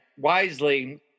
wisely